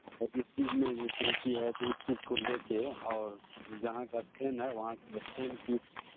इस चीज़ में त्रुटि है तो इस चीज़ को ले कर और जहाँ का स्टैन्ड है वहाँ के स्टैन्ड की